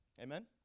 Amen